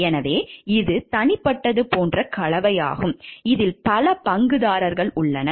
எனவே இது தனிப்பட்டது போன்ற கலவையாகும் இதில் பல பங்குதாரர்கள் உள்ளனர்